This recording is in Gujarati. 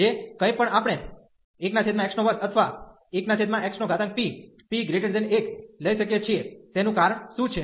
જે કંઈપણ આપણે 1x2અથવા 1xpp1 લઈ શકીએ છીએ તેનું કારણ શું છે